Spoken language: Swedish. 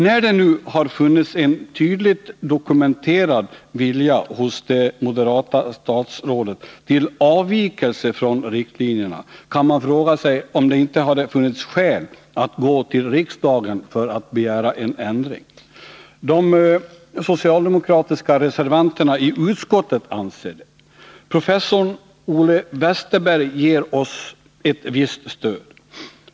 När det nu hos det moderata statsrådet har funnits en tydligt dokumenterad vilja till avvikelse från riktlinjerna, kan man fråga sig om det inte hade funnits skäl att gå till riksdagen för att begära en ändring. Det socialdemokratiska reservanterna i utskottet anser det. Professor Ole Westerberg ger oss ett visst stöd.